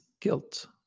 guilt